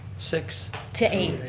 six? to eight.